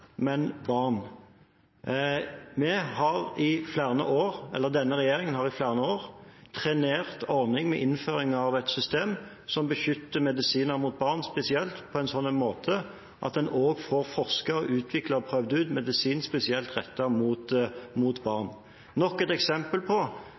men barn. Denne regjeringen har i flere år trenert innføringen av et system som beskytter medisiner for barn spesielt, på en sånn måte at en også får forsket på, utviklet og prøvd ut medisin spesielt rettet mot